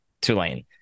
Tulane